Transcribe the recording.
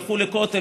הלכו לכותל,